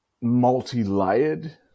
multi-layered